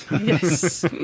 Yes